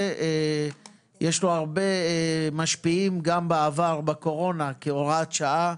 יש לו הרבה משפיעים גם בעבר בקורונה כהוראת שעה,